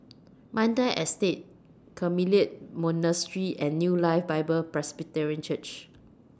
Mandai Estate Carmelite Monastery and New Life Bible Presbyterian Church